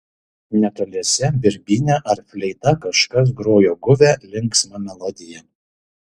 netoliese birbyne ar fleita kažkas grojo guvią linksmą melodiją